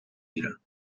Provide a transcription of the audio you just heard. گیرم